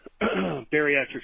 bariatric